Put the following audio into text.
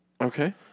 Okay